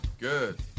Good